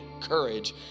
courage